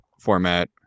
format